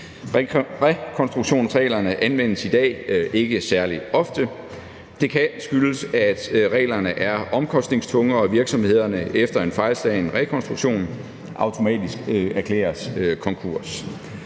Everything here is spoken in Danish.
Rekonstruktionsreglerne anvendes i dag ikke særlig ofte. Det kan skyldes, at reglerne er omkostningstunge, og at virksomhederne efter en fejlslagen rekonstruktion automatisk erklæres konkurs.